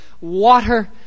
water